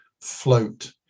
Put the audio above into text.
float